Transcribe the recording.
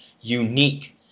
unique